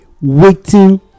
waiting